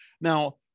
Now